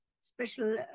special